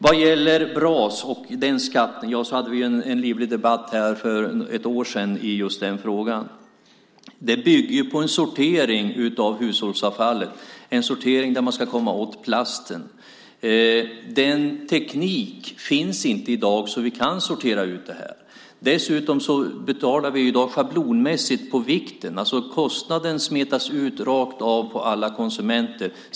Vad gäller BRAS-skatten hade vi en livlig debatt för ett år sedan om just den frågan. Den bygger på sortering av hushållsavfallet där man ska komma åt plasten. Tekniken för att kunna sortera ut den finns inte i dag. Dessutom betalar vi i dag schablonmässigt efter vikt. Kostnaden smetas alltså ut rakt av på alla konsumenter.